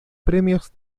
premios